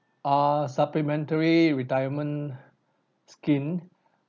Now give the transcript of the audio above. err supplementary retirement scheme